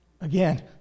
again